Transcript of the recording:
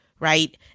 Right